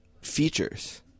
features